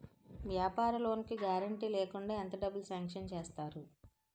వ్యాపార లోన్ కి గారంటే లేకుండా ఎంత డబ్బులు సాంక్షన్ చేస్తారు?